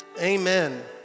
Amen